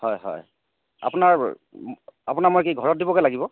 হয় হয় আপোনাৰ আপোনাৰ মই কি ঘৰত দিবগৈ লাগিব